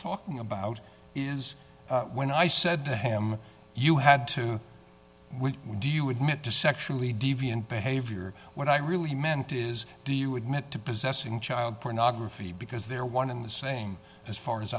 talking about is when i said to him you had to when we do you admit to sexually deviant behavior what i really meant is do you admit to possessing child pornography because they're one in the same as far as